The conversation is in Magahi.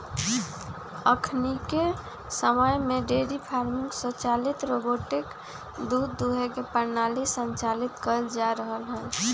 अखनिके समय में डेयरी फार्मिंग स्वचालित रोबोटिक दूध दूहे के प्रणाली संचालित कएल जा रहल हइ